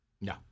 No